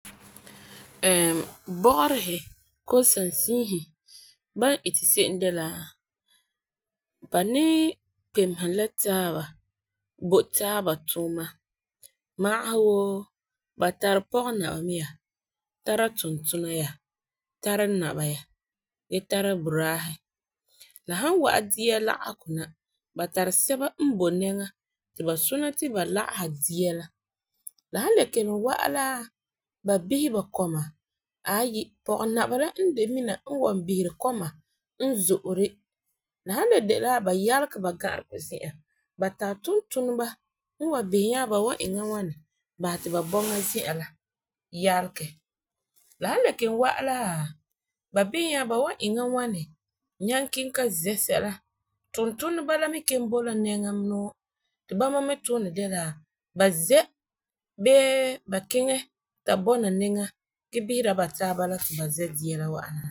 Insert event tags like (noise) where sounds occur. (hesitation) bɔgerihi koo sansiihi ba iti se'em de la, ba ni kpemehe la taaba bo taaba tuuma magehe wuu ba tari pɔgenaba mɛ ya, tara tuntuna ya, tara naba ya gee tara budaahi. La han wa'a dia lagehugɔ na, ba tari sɛba n boi nɛŋa ti ba sona ti ba lagehe dia la. La han le kelum wa'am la ba behe ba kɔma aayi, pɔgenaba la n de mina n wan beheri kɔma la n zo'ori la han la dɛ'a la ba yalegɛ ba ga'aregɔ zi'an, ba tari tuntuniba n wan behe nyaa ba wan iŋɛ la ŋwani bahɛ ti ba bɔŋa zi'an la yalegɛ. La han le kelum wa'a la ba behɛ nyaa ba wan iŋɛ ŋwani nyaŋɛ kiŋɛ ka zɛ sɛla tuutuniba la me kelum bo la nɛŋa nɔɔ ti bama me tuunɛ de la ba zɛ bee ba kiŋɛ ta bɔna nɛŋa gee behera ba taaba ti ba zɛ dia la na.